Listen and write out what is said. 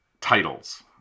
titles